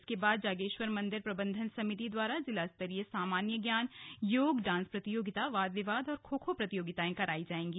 इसके बाद जागेश्वर मन्दिर प्रबन्धन समिति द्वारा जिलास्तरीय सामान्य ज्ञान योगा डान्स प्रतियोगिता वाद विवाद और खो खो प्रतियोगिताएं करायी जाएंगी